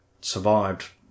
survived